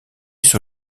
sur